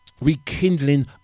rekindling